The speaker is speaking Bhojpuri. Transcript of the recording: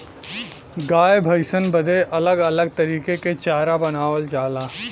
गाय भैसन बदे अलग अलग तरीके के चारा बनावल जाला